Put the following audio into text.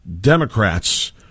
Democrats